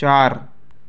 चार